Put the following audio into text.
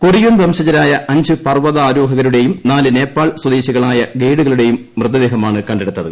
Korean വംശജരായ അഞ്ച് പർവ്വതാരോഹകരും നാല് നേപ്പാളി സ്വദേശികളായ ഗെയിഡുകളുടെയും മൃതദേഹമാണ് കണ്ടെടുത്തത്